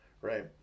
right